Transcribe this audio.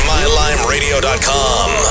MyLimeRadio.com